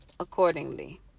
accordingly